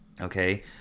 okay